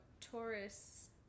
Taurus